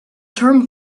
term